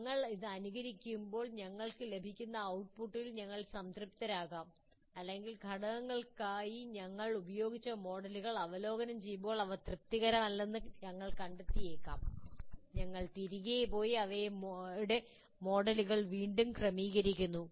ഞങ്ങൾ ഇത് അനുകരിക്കുമ്പോൾ ഞങ്ങൾക്ക് ലഭിക്കുന്ന ഔട്ട്പുട്ടിൽ ഞങ്ങൾ സംതൃപ്തരാകാം അല്ലെങ്കിൽ ഘടകങ്ങൾക്കായി ഞങ്ങൾ ഉപയോഗിച്ച മോഡലുകൾ അവലോകനം ചെയ്യുമ്പോൾ അവ തൃപ്തികരമല്ലെന്ന് ഞങ്ങൾ കണ്ടെത്തിയേക്കാം ഞങ്ങൾ തിരികെ പോയി അവയടെ മോഡലുകൾ വീണ്ടും ക്രമീകരിക്കുന്നു